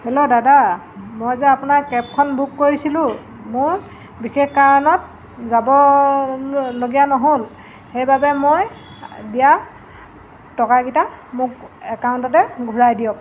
hello দাদা মই যে আপোনাৰ কেবখন বুক কৰিছিলোঁ মোৰ বিশেষ কাৰণত যাব লগীয়া নহ'ল সেইবাবে মই দিয়া টকাকেইটা মোক একাউণ্টতে ঘূৰাই দিয়ক